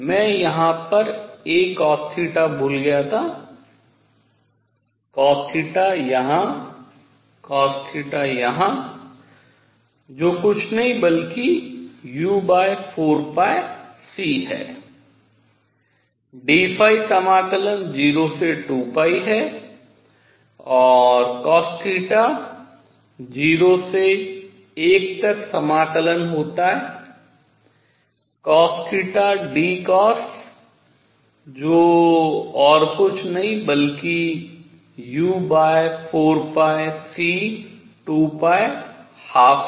मैं यहाँ पर a cosθ भूल गया था cosθ यहाँ cosθ यहाँ जो कुछ नहीं बल्कि u4c है dϕ समाकलन 0 से 2 है और cosθ 0 से 1 तक समाकलन होता है cosθ d जो और कुछ नहीं बल्कि u4c212 है जो uc4 है